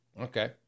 okay